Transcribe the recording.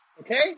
Okay